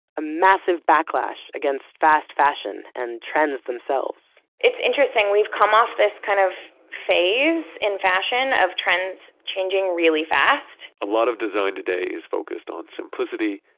a massive backlash against fast fashion and trends themselves. it's interesting, we've come of this kind of phase in fashion of trends changing really fast a lot of design today is focused on simplicity,